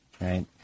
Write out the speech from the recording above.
right